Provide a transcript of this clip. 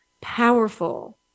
powerful